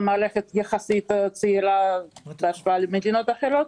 מערכת יחסית צעירה בהשוואה למדינות אחרות,